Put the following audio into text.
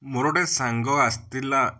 ମୋର ଗୋଟେ ସାଙ୍ଗ ଆସିଥିଲା